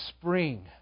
spring